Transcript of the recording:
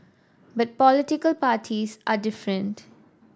but political parties are different